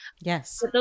Yes